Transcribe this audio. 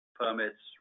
permits